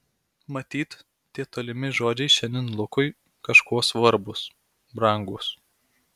matyt tie tolimi žodžiai šiandien lukui kažkuo svarbūs brangūs